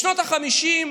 בשנות החמישים,